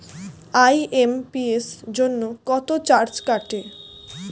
IMPS জন্য কত charge কাটে?